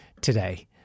today